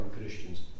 Christians